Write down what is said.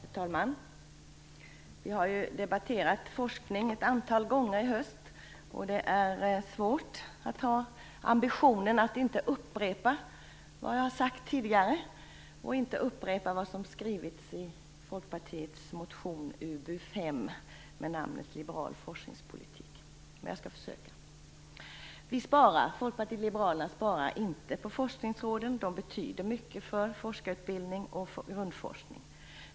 Herr talman! Vi har debatterat forskning ett antal gånger i höst, och det är svårt att ha ambitionen att inte upprepa vad jag har sagt tidigare och inte upprepa vad som har skrivits i Folkpartiets motion Ub5 med namnet Liberal forskningspolitik, men jag skall försöka. Folkpartiet liberalerna vill inte spara på forskningsråden. De betyder mycket för forskarutbildning och grundforskning.